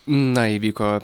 na įvyko